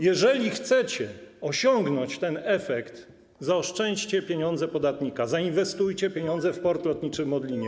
Jeżeli chcecie osiągnąć ten efekt, zaoszczędźcie pieniądze podatnika, zainwestujcie pieniądze w port lotniczy w Modlinie.